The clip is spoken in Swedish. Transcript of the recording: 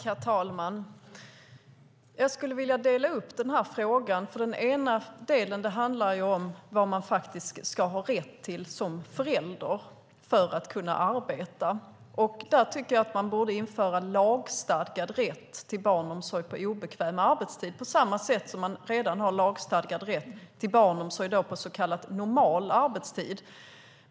Herr talman! Jag skulle vilja dela upp den här frågan, för den ena delen handlar ju om vad man faktiskt ska ha rätt till som förälder för att kunna arbeta. Där tycker jag att man borde införa lagstadgad rätt till barnomsorg på obekväm arbetstid på samma sätt som man redan i dag har lagstadgad rätt till barnomsorg på så kallad normal arbetstid.